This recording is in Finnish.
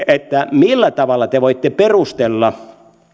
millä tavalla te voitte perustella